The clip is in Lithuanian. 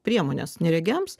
priemonės neregiams